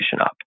up